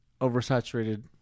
oversaturated